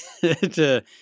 to-